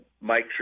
Mike